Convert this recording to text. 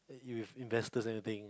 you with investors everything